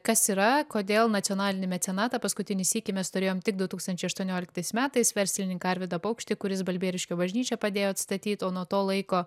kas yra kodėl nacionalinį mecenatą paskutinį sykį mes turėjom tik du tūkstančiai aštuonioliktais metais verslininką arvydą paukštį kuris balbieriškio bažnyčią padėjo atstatyt o nuo to laiko